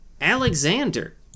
Alexander